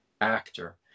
actor